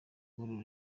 b’uru